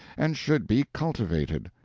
and should be cultivated.